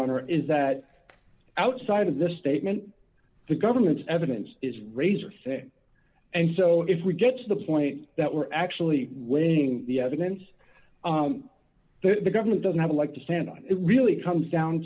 honor is that outside of this statement the government's evidence is razor thin and so if we get to the point that we're actually winning the evidence the government doesn't have a leg to stand on it really comes down